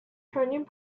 turning